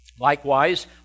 Likewise